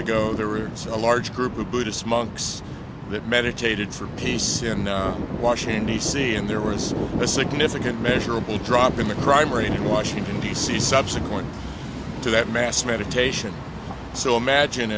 were a large group of buddhist monks that meditated for peace in washington d c and there was a significant measurable drop in the crime rate in washington d c subsequent to that mass meditation so imagine